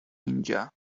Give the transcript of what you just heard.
اینجا